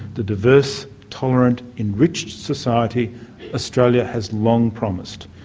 the diverse, tolerant, enriched society australia has long promised.